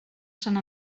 sant